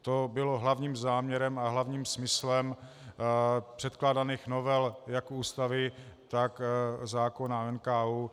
To bylo hlavním záměrem a hlavním smyslem předkládaných novel jak Ústavy, tak zákona o NKÚ.